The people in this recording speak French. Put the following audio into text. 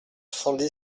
soixante